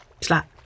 slap